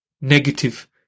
negative